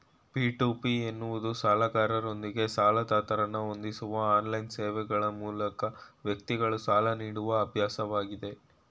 P to P ಎನ್ನುವುದು ಸಾಲಗಾರರೊಂದಿಗೆ ಸಾಲದಾತರನ್ನ ಹೊಂದಿಸುವ ಆನ್ಲೈನ್ ಸೇವೆಗ್ಳ ಮೂಲಕ ವ್ಯಕ್ತಿಗಳು ಸಾಲ ನೀಡುವ ಅಭ್ಯಾಸವಾಗಿದೆ